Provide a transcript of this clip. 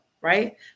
right